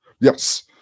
yes